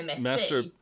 master